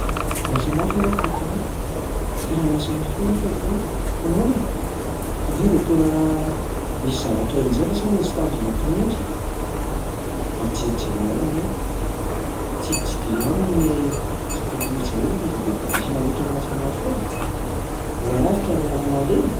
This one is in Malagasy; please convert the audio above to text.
Niasa mafy ianao tato ho ato! Tena miasa mafy mihitsy ianao tato ho ato a! Fa ahoana e? Fa angaha de tena misy zavatra enjehina sa misy tanjona kinendry? Mba jerijero ihany ny aina, tsiditsidio ihany ny- zay tokony ho jerena fa aza de variana loatra miasa mafy eo e. Mbola lavitra ny lalana aleha e!